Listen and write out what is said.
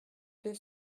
deux